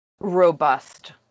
robust